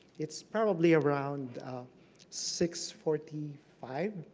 it's probably around six forty five.